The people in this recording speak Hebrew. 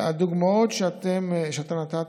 הדוגמאות שאתה נתת,